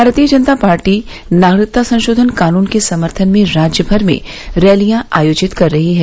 भारतीय जनता पार्टी नागरिकता संशोधन कानन के सम्थन में राज्यमर में रैलियां आयोजित कर रही है